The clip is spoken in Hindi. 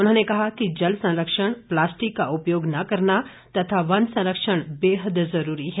उन्होंने कहा कि जल संरक्षण प्लास्टिक का उपयोग न करना तथा वन संरक्षण बेहद जरूरी है